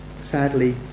sadly